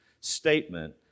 statement